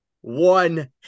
one